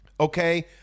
okay